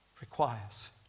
requires